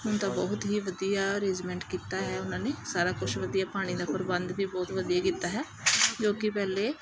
ਹੁਣ ਤਾਂ ਬਹੁਤ ਹੀ ਵਧੀਆ ਅਰੇਜਮੈਂਟ ਕੀਤਾ ਹੈ ਉਹਨਾਂ ਨੇ ਸਾਰਾ ਕੁਝ ਵਧੀਆ ਪਾਣੀ ਦਾ ਪ੍ਰਬੰਧ ਵੀ ਬਹੁਤ ਵਧੀਆ ਕੀਤਾ ਹੈ ਜੋ ਕਿ ਪਹਿਲਾਂ